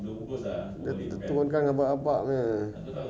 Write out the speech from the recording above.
nanti appraisal dia kasih pun it's up to